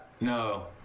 no